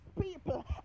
people